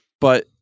But-